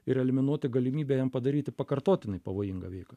ir eliminuoti galimybę jam padaryti pakartotinai pavojingą veiką